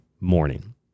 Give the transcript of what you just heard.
morning